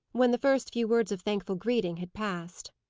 when the first few words of thankful greeting had passed.